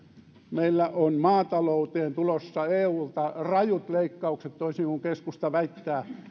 meillä on maatalouteen tulossa eulta rajut leikkaukset toisin kuin keskusta väittää